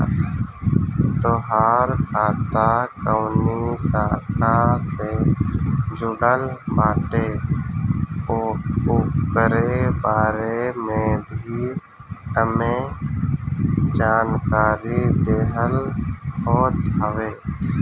तोहार खाता कवनी शाखा से जुड़ल बाटे उकरे बारे में भी एमे जानकारी देहल होत हवे